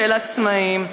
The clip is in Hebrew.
של העצמאים.